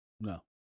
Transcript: no